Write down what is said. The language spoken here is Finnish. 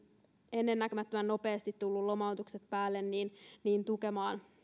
ennennäkemättömän nopeasti tulleet lomautukset päälle tukemaan